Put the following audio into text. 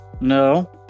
No